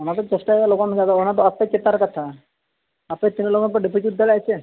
ᱚᱱᱟ ᱫᱩᱧ ᱪᱮᱥᱴᱟᱭᱟ ᱞᱚᱜᱚᱱ ᱞᱚᱜᱚᱱ ᱚᱱᱟ ᱫᱚ ᱟᱯᱮ ᱪᱮᱛᱟᱱ ᱨᱮ ᱠᱟᱛᱷᱟ